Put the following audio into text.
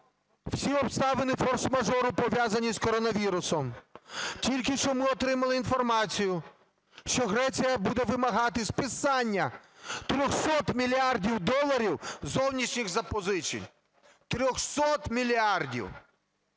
всі обставини форс-мажору пов'язані з коронавірусом. Тільки що ми отримали інформацію, що Греція буде вимагати списання 300 мільярдів доларів зовнішніх запозичень. 300 мільярдів.